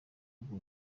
bwo